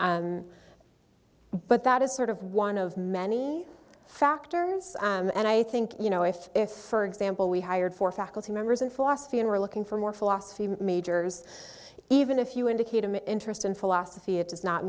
but that is sort of one of many factors and i think you know if if for example we hired for faculty members in philosophy and we're looking for more philosophy majors even if you indicate an interest in philosophy it does not